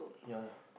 ya lah